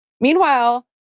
Meanwhile